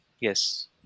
Yes